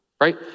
right